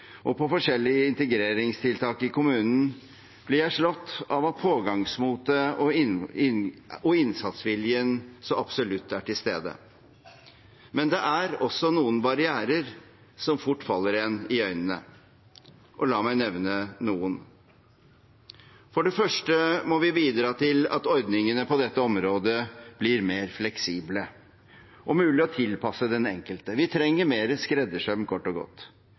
og på forskjellige integreringstiltak i kommunene, blir jeg slått av at pågangsmotet og innsatsviljen så absolutt er til stede. Men det er også noen barrierer som fort faller en i øynene. La meg nevne noen. For det første må vi bidra til at ordningene på dette området blir mer fleksible og mulig å tilpasse den enkelte. Vi trenger mer skreddersøm, kort og godt.